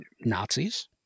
Nazis